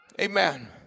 Amen